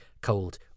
cold